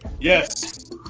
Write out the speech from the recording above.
Yes